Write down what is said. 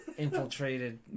infiltrated